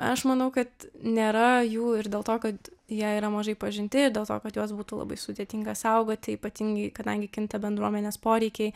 aš manau kad nėra jų ir dėl to kad jie yra mažai pažinti ir dėl to kad juos būtų labai sudėtinga saugoti ypatingai kadangi kinta bendruomenės poreikiai